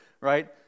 right